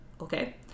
okay